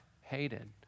hated